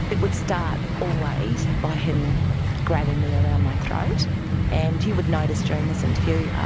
it would start always by him grabbing me around my throat and you would notice during this interview, yeah